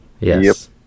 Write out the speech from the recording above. Yes